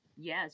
Yes